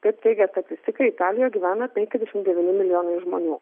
kaip teigia statistikai italijoje gyvena penkiasdešim devyni milijonai žmonių